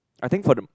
I think for the